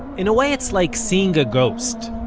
in a way it's like seeing a ghost.